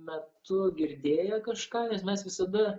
metu girdėję kažką nes mes visada